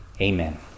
Amen